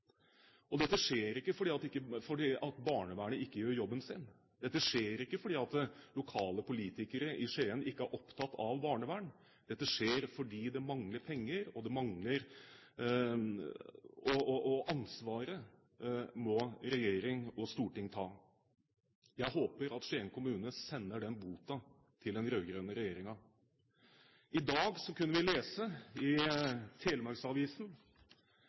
satt. Dette skjer ikke fordi barnevernet ikke gjør jobben sin. Dette skjer ikke fordi lokale politikere i Skien ikke er opptatt av barnevern. Dette skjer fordi det mangler penger, og ansvaret må regjering og storting ta. Jeg håper at Skien kommune sender den boten til den rød-grønne regjeringen. I dag kunne vi lese i